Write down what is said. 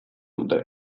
dute